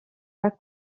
pas